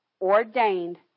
ordained